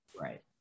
Right